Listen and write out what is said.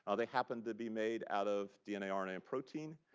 ah they happened to be made out of dna, ah rna, and protein.